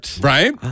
Right